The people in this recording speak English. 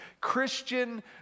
Christian